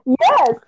yes